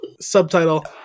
Subtitle